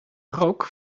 rook